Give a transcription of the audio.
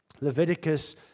Leviticus